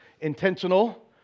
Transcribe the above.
Intentional